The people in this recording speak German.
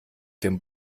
dem